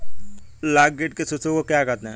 लाख कीट के शिशु को क्या कहते हैं?